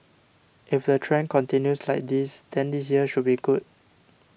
if the trend continues like this then this year should be good